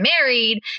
married